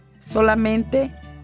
Solamente